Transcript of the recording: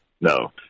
no